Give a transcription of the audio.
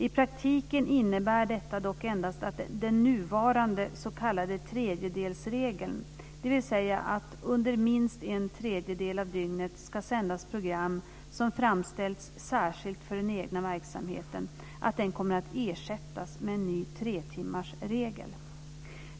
I praktiken innebär detta dock endast att den nuvarande s.k. tredjedelsregeln, dvs. att det under minst en tredjedel av dygnet ska sändas program som framställts särskilt för den egna verksamheten, kommer att ersättas med en ny tretimmarsregel.